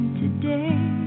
today